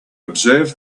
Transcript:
observe